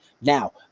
Now